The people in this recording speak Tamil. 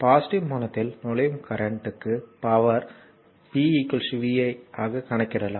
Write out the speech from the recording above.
பாசிட்டிவ் முனையத்தில் நுழையும் கரண்ட் க்கு பவர்யை p vi ஆக கணக்கிடலாம்